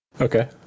Okay